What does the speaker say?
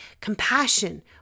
Compassion